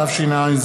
התשע"ז